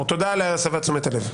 תודה על הסבת תשומת הלב.